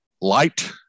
Light